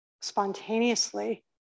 spontaneously